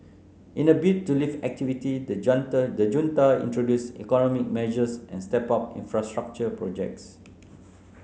in a bid to lift activity the junta the junta introduce economic measures and stepped up infrastructure projects